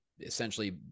essentially